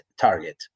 target